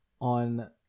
on